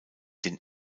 den